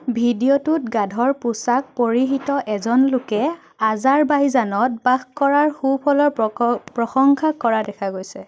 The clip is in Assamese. ভিডিঅ'টোত গাধৰ পোছাক পৰিহিত এজন লোকে আজাৰবাইজানত বাস কৰাৰ সুফলৰ প্ৰক প্ৰশংসা কৰা দেখা গৈছে